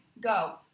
Go